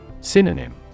Synonym